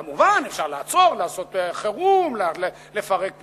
כמובן, אפשר לעצור, לעשות חירום, לפרק ממשלות,